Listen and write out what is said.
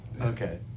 okay